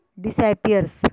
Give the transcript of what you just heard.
disappears